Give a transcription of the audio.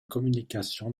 communication